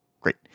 Great